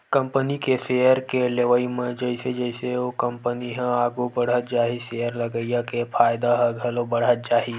company के share के लेवई म जइसे जइसे ओ कंपनी ह आघू बड़हत जाही सेयर लगइया के फायदा ह घलो बड़हत जाही